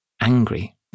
angry